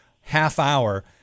half-hour